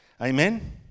Amen